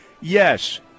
Yes